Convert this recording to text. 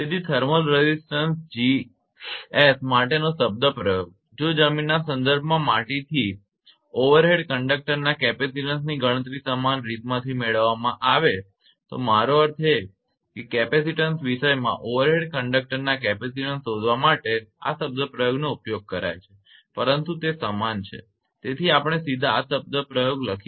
તેથી thermal resistance 𝐺𝑠 માટેનો શબ્દપ્રયોગ જો જમીનના સંદર્ભમાં માટીથી ઓવરહેડ કંડક્ટરના કેપેસિટીન્સની ગણતરી સમાન રીતમાંથી મેળવવામાં આવે છે તો મારો અર્થ એ છે કે કેપેસિટીન્સ વિષયમાં ઓવરહેડ કંડક્ટરના કેપેસિટીન્સ શોધવા માટે આ શબ્દપ્રયોગનો ઉપયોગ કરાય છે પરંતુ તે સમાન છે તેથી આપણે સીધા જ આ શબ્દપ્રયોગ લખી શકીએ છીએ